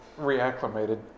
reacclimated